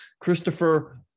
Christopher